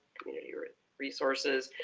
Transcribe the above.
community resources.